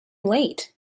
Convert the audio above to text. late